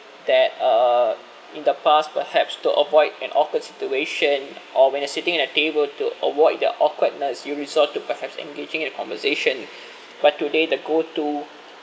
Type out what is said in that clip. that uh in the past perhaps to avoid an awkward situation or when you're sitting at a table to avoid the awkwardness you resort to perhaps engaging in conversation but today the go to